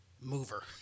mover